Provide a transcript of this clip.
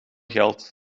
geld